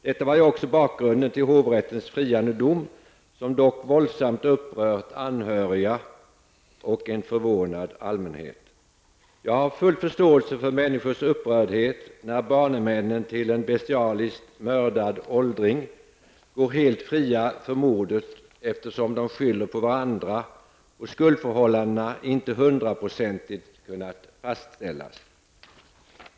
Detta var också bakgrunden till hovrättens friande dom, som dock våldsamt upprört anhöriga och en förvånad allmänhet. Jag har fullförståelse för människors upprördhet när banemännen till en bestialiskt mördad åldring går helt fria från mordet, eftersom de skyller på varandra och skuldförhållandena inte hundraprocentigt har kunnat fastställas.